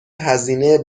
هزینه